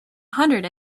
hundred